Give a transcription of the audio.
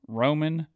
roman